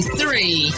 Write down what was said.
three